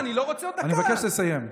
אני מבקש לסיים.